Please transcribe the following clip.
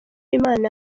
imana